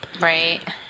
Right